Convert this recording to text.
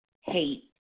hate